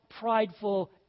prideful